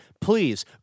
please